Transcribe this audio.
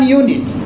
unit